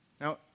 Now